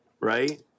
right